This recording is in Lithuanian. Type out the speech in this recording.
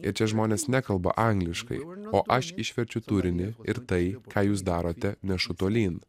ir čia žmonės nekalba angliškai o aš išverčiau turinį ir tai ką jūs darote nešu tolyn